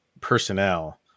personnel